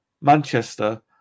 Manchester